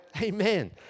Amen